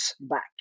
back